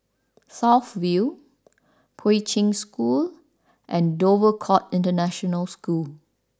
South View Poi Ching School and Dover Court International School